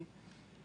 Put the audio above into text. להעביר.